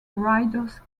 riders